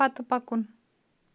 پَتہٕ پَکُن